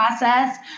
process